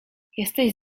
jesteś